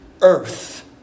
earth